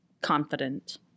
confident